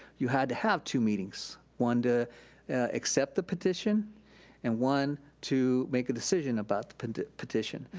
you had to have two meetings, one to accept the petition and one to make a decision about petition.